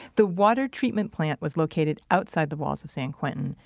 the water treatment plant was located outside the walls of san quentin.